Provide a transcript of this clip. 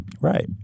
Right